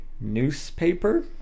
newspaper